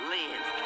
live